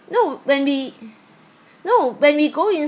no when we no when we go in